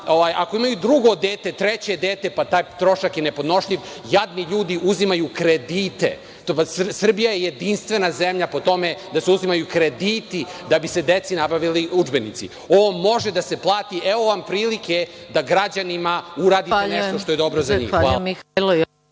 ako imaju drugo dete, treće dete, pa taj trošak je nepodnošljiv, jadni ljudi uzimaju kredite. Srbija je jedinstvena zemlja po tome da se uzimaju krediti da bi se deci nabavili udžbenici. Ovo može da se plati, evo vam prilike da građanima uradite nešto što je dobro za njih. Hvala. **Maja